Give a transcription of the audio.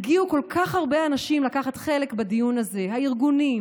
הגיעו כל כך הרבה אנשים לקחת חלק בדיון הזה: הארגונים,